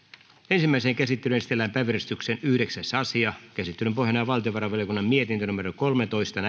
ensimmäiseen käsittelyyn esitellään päiväjärjestyksen yhdeksäs asia käsittelyn pohjana on valtiovarainvaliokunnan mietintö kolmetoista